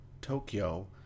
Tokyo